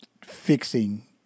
fixing